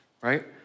right